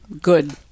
good